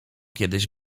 kiedyś